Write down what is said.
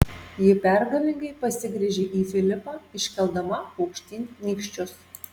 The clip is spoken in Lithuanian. ji pergalingai pasigręžė į filipą iškeldama aukštyn nykščius